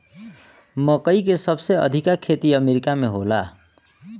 मकई के सबसे अधिका खेती अमेरिका में होला